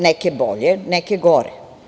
Neke bolje, neke gore.